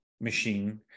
machine